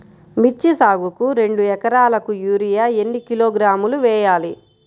మిర్చి సాగుకు రెండు ఏకరాలకు యూరియా ఏన్ని కిలోగ్రాములు వేయాలి?